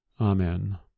Amen